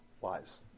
wise